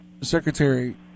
Secretary